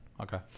Okay